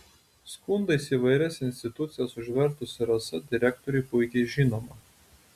skundais įvairias institucijas užvertusi rasa direktoriui puikiai žinoma